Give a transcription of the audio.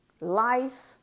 life